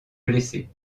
blessés